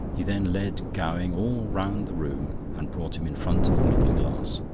he then led gowing all round the room, and brought him in front of the looking-glass.